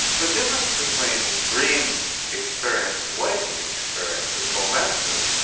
the difference between dream experience and waking experience is momentous,